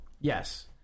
Yes